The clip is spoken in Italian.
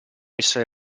essere